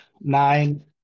nine